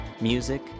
Music